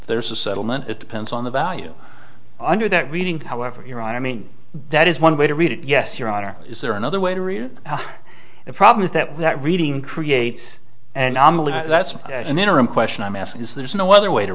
there's a settlement it depends on the value under that reading however you're i mean that is one way to read it yes your honor is there another way to read it probably is that that reading creates and that's an interim question i'm asking is there's no other way to